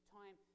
time